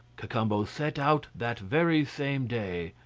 cacambo set out that very same day.